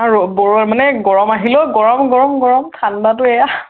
আৰু মানে গৰম আহিলে গৰম গৰম গৰম ঠাণ্ডাটো এয়া